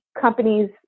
companies